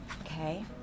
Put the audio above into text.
Okay